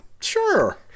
Sure